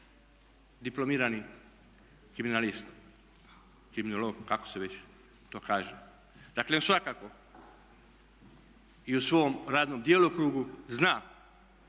diplomirani kriminalist, kriminolog kako se već to kaže. Dakle, svakako i u svom radnom djelokrugu zna